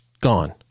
Gone